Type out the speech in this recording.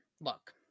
look